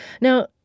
Now